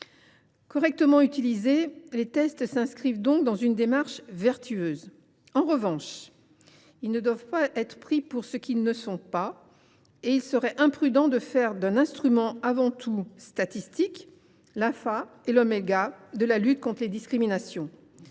Correctement utilisés, les tests s’inscrivent donc dans une démarche vertueuse. En revanche, ils ne doivent pas être pris pour ce qu’ils ne sont pas et il serait imprudent de faire d’un instrument avant tout statistique l’alpha et l’oméga de la lutte contre les discriminations.